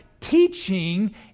teaching